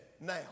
now